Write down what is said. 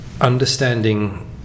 understanding